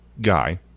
guy